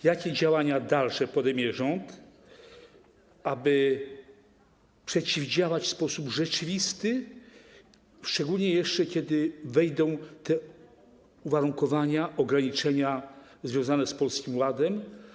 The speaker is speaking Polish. Jakie dalsze działania podejmie rząd, aby przeciwdziałać w sposób rzeczywisty, szczególnie kiedy wejdą te uwarunkowania, ograniczenia związane z Polskim Ładem?